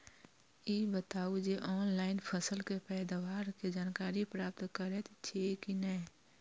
ई बताउ जे ऑनलाइन फसल के पैदावार के जानकारी प्राप्त करेत छिए की नेय?